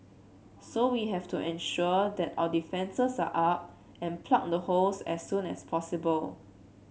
so we have to ensure that our defences are up and plug the holes as soon as possible